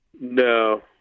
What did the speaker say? No